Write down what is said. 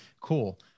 cool